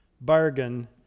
bargain